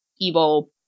evil